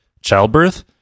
childbirth